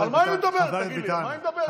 חבר הכנסת ביטן.